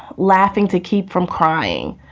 laughing to keep from crying.